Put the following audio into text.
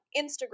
Instagram